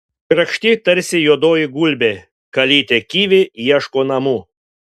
grakšti tarsi juodoji gulbė kalytė kivi ieško namų